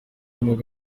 umwuga